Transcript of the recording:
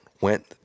went